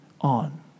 on